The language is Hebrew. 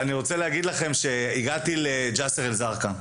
הגעתי לג'סר-א-זרקא,